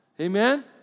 Amen